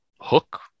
hook